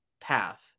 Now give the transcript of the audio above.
path